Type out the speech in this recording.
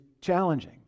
challenging